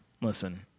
listen